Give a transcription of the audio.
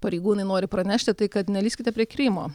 pareigūnai nori pranešti tai kad nelįskite prie krymo